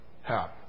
help